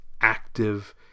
active